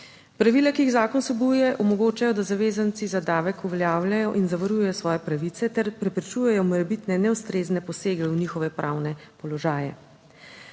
Pravila, ki jih zakon vsebuje, omogočajo, da zavezanci za davek uveljavljajo in zavarujejo svoje pravice ter preprečujejo morebitne neustrezne posege v njihove pravne položaje,